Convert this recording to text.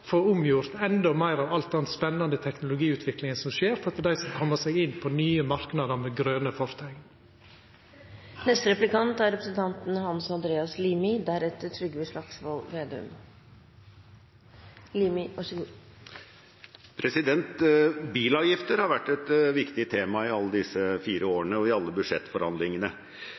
få omgjort enda meir av all den spennande teknologiutviklinga som skjer, for at dei skal koma seg inn på nye marknader med grøne forteikn. Bilavgifter har vært et viktig tema i alle disse fire årene og i alle budsjettforhandlingene,